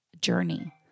journey